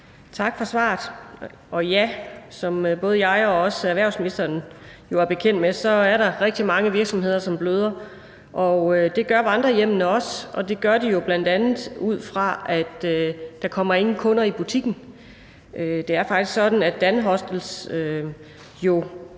Tak for svaret. Og ja, som både jeg og erhvervsministeren er bekendt med, er der rigtig mange virksomheder, som bløder. Det gør vandrehjemmene også, og det gør de jo bl.a. ud fra, at der ikke kommer nogen kunder i butikken. Det er faktisk sådan, at Danhostel